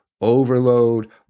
overload